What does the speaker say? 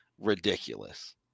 ridiculous